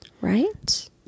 Right